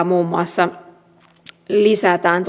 muun muassa lakisääteistä vapaapäivää lisätään